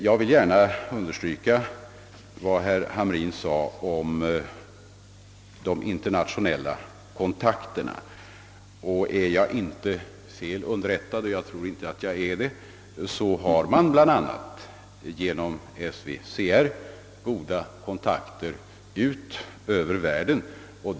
Jag vill gärna understryka vad herr Hamrin sade om de internationella kontakterna. Om jag inte är fel underrättad — och jag tror inte att jag är det — har man bl.a. genom SVCR goda kontakter ut över gränserna.